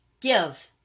give